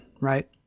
right